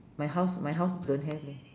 my house my house don't have leh